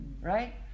right